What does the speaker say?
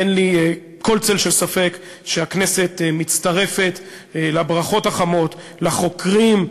אין לי כל צל של ספק שהכנסת מצטרפת לברכות החמות לחוקרים,